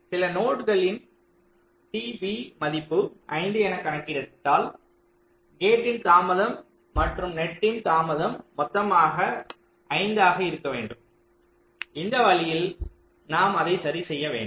சில நோடுகளின் t b மதிப்பு 5 என கணக்கி ட்டால் கேட்டின் தாமதம் மற்றும் நெட்டின் தாமதம் மொத்தமாக 5 ஆக இருக்க வேண்டும் இந்த வழியில் நான் அதை சரிசெய்ய வேண்டும்